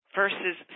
versus